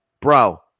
Bro